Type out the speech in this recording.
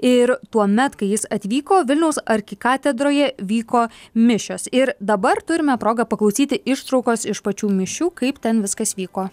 ir tuomet kai jis atvyko vilniaus arkikatedroje vyko mišios ir dabar turime progą paklausyti ištraukos iš pačių mišių kaip ten viskas vyko